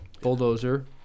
Bulldozer